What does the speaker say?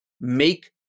make